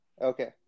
Okay